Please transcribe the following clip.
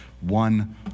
one